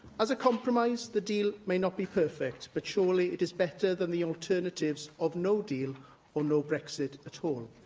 as a compromise, the deal may not be perfect, but surely it is better than the alternatives of no deal or no brexit at all.